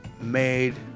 made